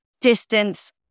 distance